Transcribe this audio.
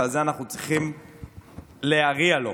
ועל זה אנחנו צריכים להריע לו,